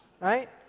right